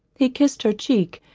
he kissed her cheek,